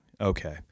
Okay